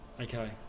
Okay